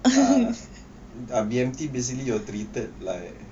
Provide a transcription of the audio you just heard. ah B_M_T basically you are treated like